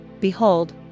Behold